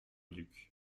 duc